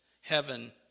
heaven